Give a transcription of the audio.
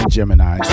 Gemini